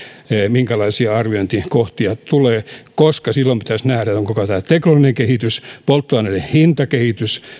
minkälaisia arviointikohtia tulee koska silloin pitäisi nähdä miten ovat toteutuneet koko teknologinen kehitys polttoaineiden hintakehitys